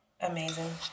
amazing